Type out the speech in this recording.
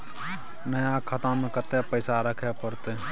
नया खाता में कत्ते पैसा रखे परतै?